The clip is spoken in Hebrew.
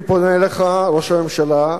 אני פונה אליך, ראש הממשלה,